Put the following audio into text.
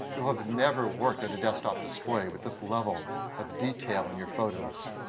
you have never worked at a desktop display with this level of detail in your photos.